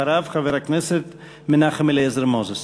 אחריו, חבר הכנסת מנחם אליעזר מוזס.